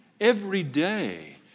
everyday